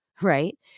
right